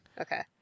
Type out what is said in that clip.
Okay